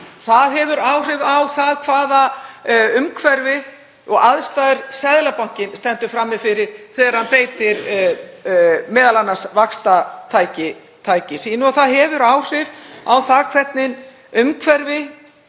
Það hefur áhrif á það hvaða umhverfi og aðstæðum Seðlabankinn stendur frammi fyrir þegar hann beitir vaxtatæki sínu og það hefur áhrif á það hvernig umhverfi